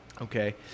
Okay